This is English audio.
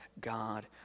God